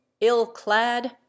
ill-clad